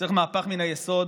צריך מהפך מן היסוד